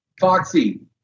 Foxy